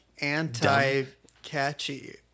anti-catchy